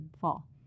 fall